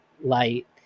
light